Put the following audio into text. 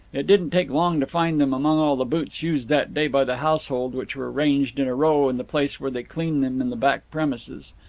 it didn't take long to find them among all the boots used that day by the household, which were ranged in a row in the place where they clean them in the back premises.